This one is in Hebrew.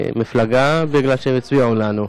המפלגה על שהם הצביעו לנו.)